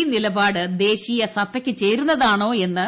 ഈ നിലപാട് ദേശീയസത്തയ്ക്ക് ചേരുന്നതാണോയെന്ന്